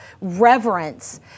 reverence